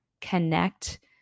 connect